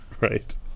Right